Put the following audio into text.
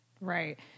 Right